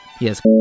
Yes